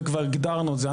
וכבר הגדרנו את זה,